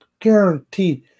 guaranteed